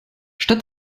statt